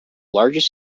largest